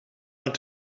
aan